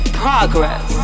progress